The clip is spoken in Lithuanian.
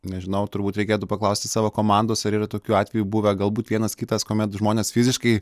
nežinau turbūt reikėtų paklausti savo komandos ar yra tokių atvejų buvę galbūt vienas kitas kuomet žmonės fiziškai